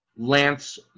lance